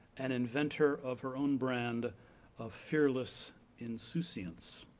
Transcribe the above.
an inventor of her own brand of fearless insouciance.